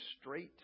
straight